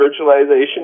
virtualization